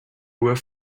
were